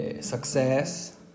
Success